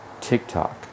TikTok